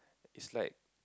is like